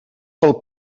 pel